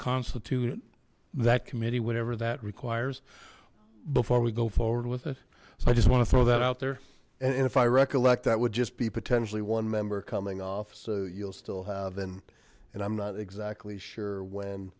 reconstitute that committee whatever that requires before we go forward with it i just want to throw that out there and if i recollect that would just be potentially one member coming off so you'll still have and and i'm not exactly sure when